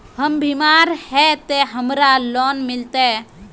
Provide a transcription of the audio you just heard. हम बीमार है ते हमरा लोन मिलते?